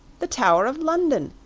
the tower of london.